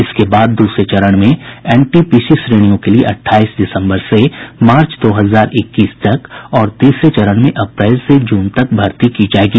इसके बाद दूसरे चरण में एनटीपीसी श्रेणियों के लिए अट्ठाईस दिसंबर से मार्च दो हजार इक्कीस तक और तीसरे चरण में अप्रैल से जून तक भर्ती की जायेगी